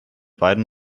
beiden